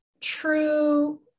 true